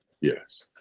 Yes